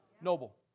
Noble